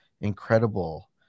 incredible